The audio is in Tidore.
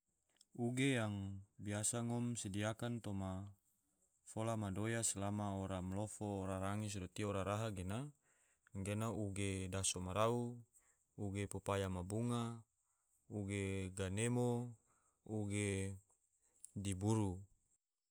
Uge yang biasa ngom sediakan toma fola madoya selama ora malofo sodo ora range ti ora raha gena, uge daso ma rau, uge kopaya ma bunga, uge ganemo, uge diburu